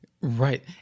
Right